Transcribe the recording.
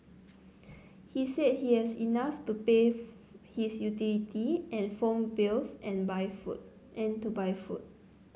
he said he has enough to pay his utility and phone bills and buy food and to buy food